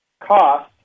cost